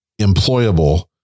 employable